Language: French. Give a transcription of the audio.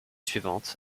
suivantes